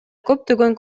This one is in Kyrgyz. көптөгөн